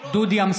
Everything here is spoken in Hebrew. (קורא בשם חבר הכנסת) דוד אמסלם,